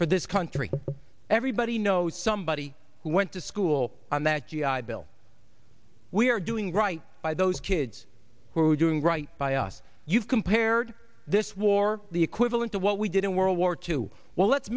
for this country everybody knows somebody who went to school on that g i bill we are doing right by those kids who are doing right by us you've compared this war the equivalent to what we did in world war two well let's